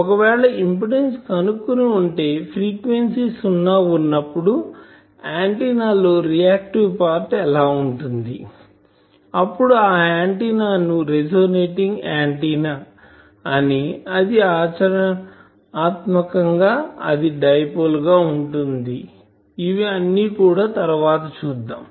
ఒకవేళ ఇంపిడెన్సు కనుక్కుని ఉంటే ఫ్రీక్వెన్సీ సున్నా వున్నప్పుడు ఆంటిన్నా లో రియాక్టివ్ పార్ట్ ఎలా ఉంటుంది అప్పుడు ఆ ఆంటిన్నా ను రెసోనేటింగ్ ఆంటిన్నా అని ఇది ఆచరణాత్మకంగా అది డైపోల్ గా ఉంటుంది ఇవి అన్ని కూడా తరవాత చూద్దాం